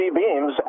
beams